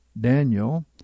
Daniel